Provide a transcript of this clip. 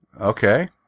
Okay